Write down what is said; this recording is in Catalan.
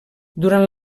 durant